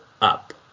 up